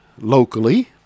locally